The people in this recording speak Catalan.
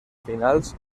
finals